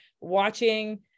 watching